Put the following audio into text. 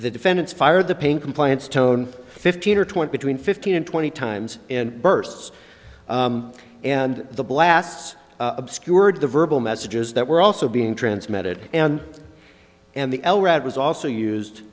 the defendants fired the pain compliance tone fifteen or twenty two in fifteen and twenty times in bursts and the blasts obscured the verbal messages that were also being transmitted and and the l rad was also used